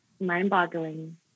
mind-boggling